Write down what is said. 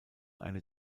eine